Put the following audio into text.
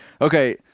Okay